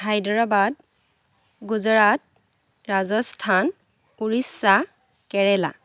Hyderabad Gujarat Rajasthan Orissa Kerala